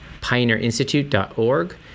pioneerinstitute.org